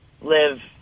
live